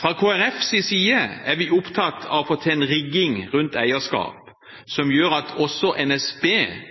Fra Kristelig Folkepartis side er vi opptatt av å få til en rigging rundt eierskap som gjør at også NSB